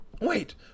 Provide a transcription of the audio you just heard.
Wait